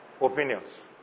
Opinions